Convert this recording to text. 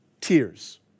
tears